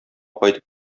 кайтып